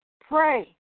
Pray